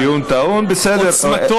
הדיון טעון, בסדר.